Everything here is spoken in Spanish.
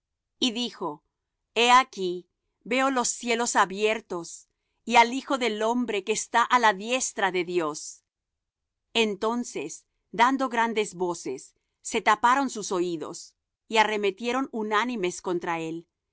y dijo he aquí veo los cielos abiertos y al hijo del hombre que está á la diestra de dios entonces dando grandes voces se taparon sus oídos y arremetieron unánimes contra él